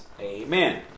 amen